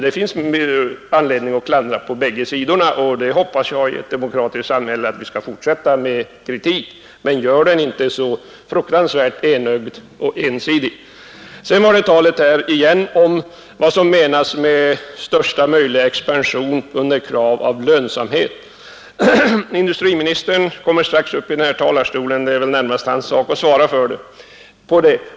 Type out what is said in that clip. Det finns anledning att klandra företeelser på bägge sidorna, och jag hoppas att vi i ett demokratiskt samhälle skall kunna fortsätta med denna kritik, men gör den inte så fruktansvärt enögd och ensidig. På nytt har det talats om vad som menas med största möjliga expansion under krav på lönsamhet. Industriministern kommer strax upp i talarstolen, och det är väl närmast hans sak att svara på det.